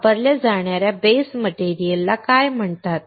वापरल्या जाणाऱ्या बेस मटेरियलला काय म्हणतात